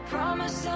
Promise